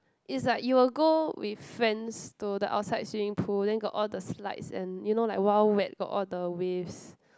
it's like you will go with friends to the outside swimming pool then got all the slides and you know like Wild Wild Wet got all the waves